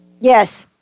Yes